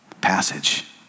passage